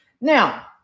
Now